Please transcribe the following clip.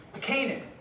Canaan